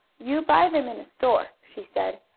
you buy them in a store, she said.